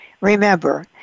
remember